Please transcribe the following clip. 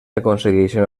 aconsegueixen